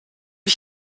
ich